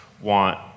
want